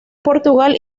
portugal